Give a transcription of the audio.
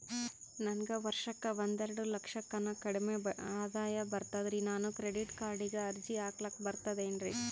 ನನಗ ವರ್ಷಕ್ಕ ಒಂದೆರಡು ಲಕ್ಷಕ್ಕನ ಕಡಿಮಿ ಆದಾಯ ಬರ್ತದ್ರಿ ನಾನು ಕ್ರೆಡಿಟ್ ಕಾರ್ಡೀಗ ಅರ್ಜಿ ಹಾಕ್ಲಕ ಬರ್ತದೇನ್ರಿ?